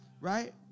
Right